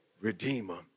redeemer